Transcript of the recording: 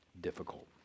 difficult